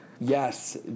Yes